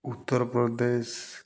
Uttar Pradesh